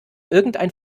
irgendein